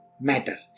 matter